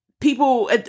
people